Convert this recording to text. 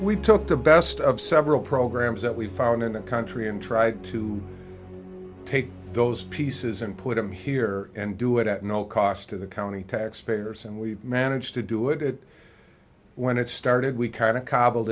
we took the best of several programs that we found in the country and tried to take those pieces and put them here and do it at no cost to the county taxpayers and we managed to do it at when it started we kind of cobble